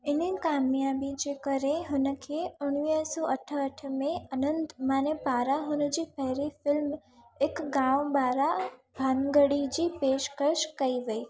इन्हनि कामियाबीअ जे करे हुनखे उणिवीह सौ अठहठि में अनंत माने पारां हुन जी पहिरीं फ़िल्म एक गाव बारा भानगड़ी जी पेशिकश कई वेई